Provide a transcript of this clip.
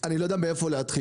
אני לא יודע מאיפה להתחיל.